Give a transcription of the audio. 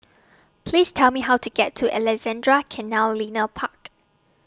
Please Tell Me How to get to Alexandra Canal Linear Park